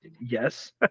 Yes